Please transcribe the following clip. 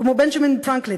כמו בנג'מין פרנקלין,